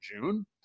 June